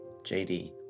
JD